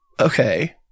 Okay